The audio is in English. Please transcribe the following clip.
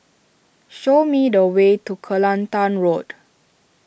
show me the way to Kelantan Road